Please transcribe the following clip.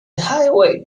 highway